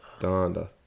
Donda